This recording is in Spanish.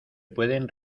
pueden